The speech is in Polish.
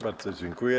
Bardzo dziękuję.